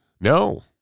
No